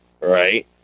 right